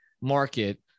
market